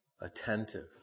attentive